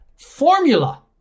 formula